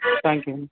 thank யூங்க